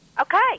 Okay